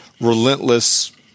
relentless